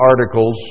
articles